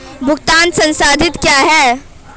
भुगतान संसाधित क्या होता है?